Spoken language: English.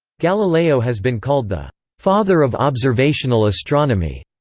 galileo has been called the father of observational astronomy,